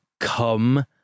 Come